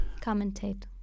Commentate